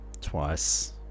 Twice